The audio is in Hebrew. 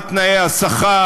מה תנאי השכר,